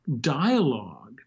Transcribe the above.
dialogue